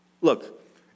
Look